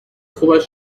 خوبش